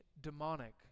demonic